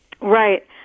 Right